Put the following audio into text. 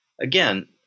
Again